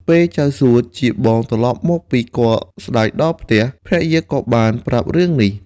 ពេលចៅសួជាបងត្រឡប់មកពីគាល់ស្ដេចដល់ផ្ទះ ភរិយាក៏បានប្រាប់រឿងនេះ។